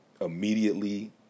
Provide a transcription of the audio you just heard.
immediately